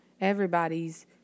Everybody's